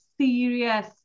serious